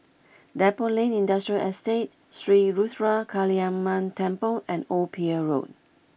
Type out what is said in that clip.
Depot Lane Industrial Estate Sri Ruthra Kaliamman Temple and Old Pier Road